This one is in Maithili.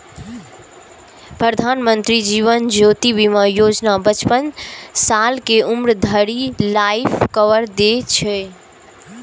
प्रधानमंत्री जीवन ज्योति बीमा योजना पचपन साल के उम्र धरि लाइफ कवर दै छै